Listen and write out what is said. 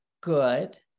good